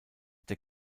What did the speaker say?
der